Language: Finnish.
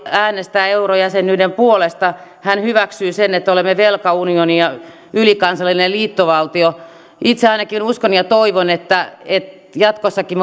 äänestää eurojäsenyyden puolesta hän hyväksyy sen että olemme velkaunioni ja ylikansallinen liittovaltio itse ainakin uskon ja toivon että jatkossakin